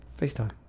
FaceTime